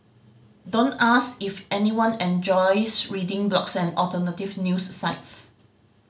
don't ask if anyone enjoys reading blogs and alternative news sites